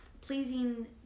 pleasing